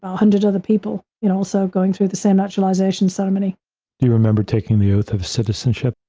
ah hundred other people, you know, also going through the same naturalization ceremony. do you remember taking the oath of citizenship?